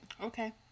Okay